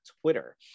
Twitter